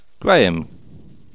Graham